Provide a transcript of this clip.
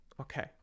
okay